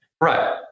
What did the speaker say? Right